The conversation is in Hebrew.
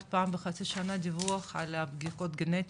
פעם בחצי שנה דיווח על הבדיקות גנטיות,